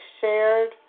shared